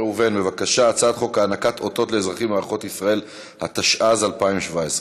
הרווחה והבריאות להכנתה לקריאה שנייה ושלישית.